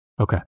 Okay